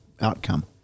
outcome